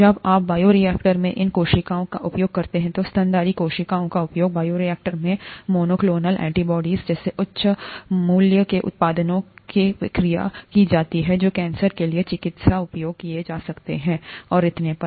जब आप बायोरिएक्टर में इन कोशिकाओं का उपयोग करते हैं तो स्तनधारी कोशिकाओं का उपयोग बायोरिएक्टर में मोनोक्लोनल एंटीबॉडी जैसे उच्च मूल्य के उत्पादों के उत्पादन केकिया जाता है जो कि कैंसर के लिए चिकित्सा उपयोग किए जाते हैं और इतने पर